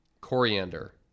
coriander